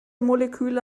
moleküle